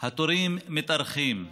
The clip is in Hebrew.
התורים מתארכים,